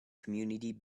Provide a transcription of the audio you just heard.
community